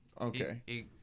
Okay